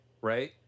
Right